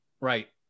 right